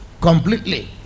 completely